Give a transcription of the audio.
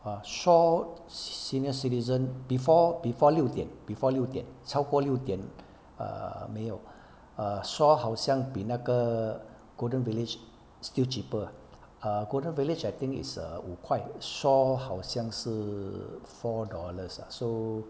shaw senior citizen before before 六点 before 六点超过六点 err 没有 err shaw 好像比那个 golden village still cheaper ah golden village I think is 五块 shaw 好像是 four dollars ah so